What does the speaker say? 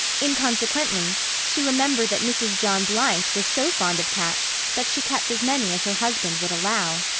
inconsequently she remembered that mrs. john blythe was so fond of cats that she kept as many as her husband would allow.